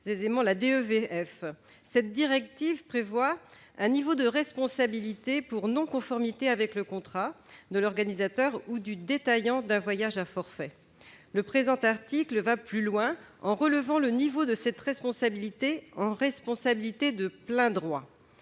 dite « DEVF ». Cette directive prévoit un niveau de responsabilité « pour non-conformité avec le contrat » de l'organisateur ou du détaillant d'un voyage à forfait. Le présent article va plus loin en relevant le niveau de cette responsabilité en « responsabilité de plein droit